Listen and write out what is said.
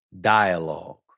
dialogue